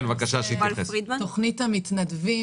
ואם אפשר גם התייחסות לתוכנית המתנדבים,